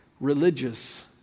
religious